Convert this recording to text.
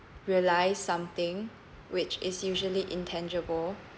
realise something which is usually intangible